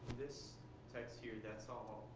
this text here that's all